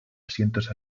asientos